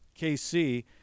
KC